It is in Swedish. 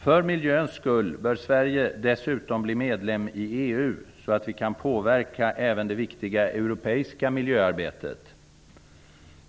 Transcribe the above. För miljöns skull bör Sverige dessutom bli medlem i EU så att vi även kan påverka det viktiga europeiska miljöarbetet.